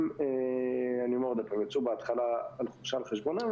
הם יצאו בהתחלה לחופשה על חשבונם,